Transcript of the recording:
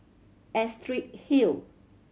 Astrid Hill